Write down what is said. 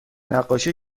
نقاشی